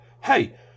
hey